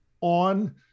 on